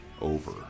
Over